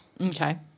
Okay